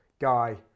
Guy